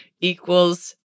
equals